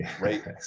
right